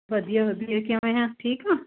ਵਧੀਆ ਵਧੀਆ ਕਿਵੇਂ ਹਾਂ ਠੀਕ ਹਾਂ